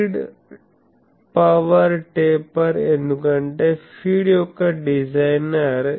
feed power taper ఎందుకంటే feed యొక్క designer